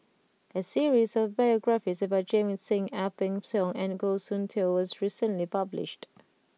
a series of biographies about Jamit Singh Ang Peng Siong and Goh Soon Tioe was recently published